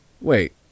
Wait